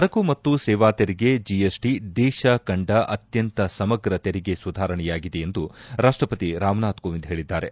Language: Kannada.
ಸರಕು ಮತ್ತು ಸೇವಾ ತೆರಿಗೆ ಜಿಎಸ್ಟಿ ದೇಶ ಕಂಡ ಅತ್ಯಂತ ಸಮಗ್ರ ತೆರಿಗೆ ಸುಧಾರಣೆಯಾಗಿದೆ ಎಂದು ರಾಷ್ಟಪತಿ ರಾಮನಾಥ್ ಕೋವಿಂದ್ ಕೆ ಹೇಳದ್ದಾರೆ